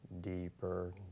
deeper